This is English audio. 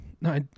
No